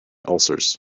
ulcers